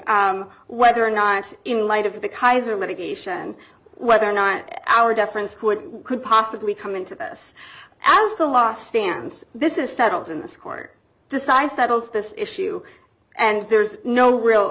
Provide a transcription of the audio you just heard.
whether or not in light of the kaiser medication whether or not our deference could could possibly come into this as the law stands this is settled in this court decides settles this issue and there's no